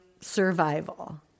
survival